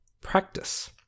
practice